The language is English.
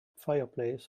fireplace